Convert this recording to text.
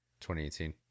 2018